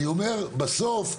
בסוף,